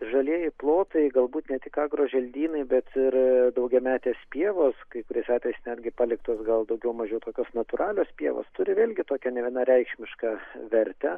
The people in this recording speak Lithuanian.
žalieji plotai galbūt ne tik argoželdynai bet ir daugiametės pievos kai kuriais atvejais netgi paliktos gal daugiau mažiau tokios natūralios pievos turi vėlgi tokią nevienareikšmišką vertę